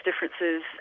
differences